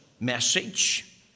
message